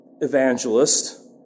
evangelist